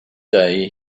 day